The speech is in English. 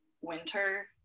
winter